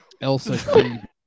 Elsa